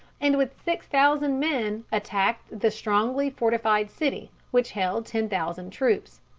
and with six thousand men attacked the strongly-fortified city, which held ten thousand troops.